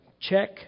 check